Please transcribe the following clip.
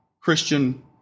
Christian